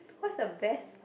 what's the best